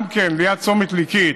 ליד צומת ליקית,